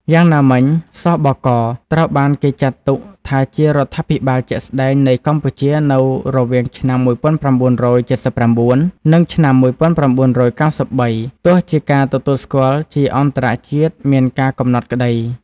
យ៉ាងណាមិញ ស.ប.ក. ត្រូវបានគេចាត់ទុកថាជារដ្ឋាភិបាលជាក់ស្ដែងនៃកម្ពុជានៅរវាងឆ្នាំ១៩៧៩ និងឆ្នាំ១៩៩៣ ទោះជាការទទួលស្គាល់ជាអន្តរជាតិមានការកំណត់ក្តី ។